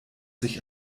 sich